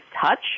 touch